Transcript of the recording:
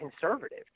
conservative